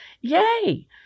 yay